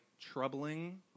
troubling